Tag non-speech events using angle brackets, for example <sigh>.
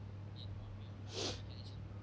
<noise>